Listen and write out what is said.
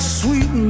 sweet